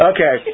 Okay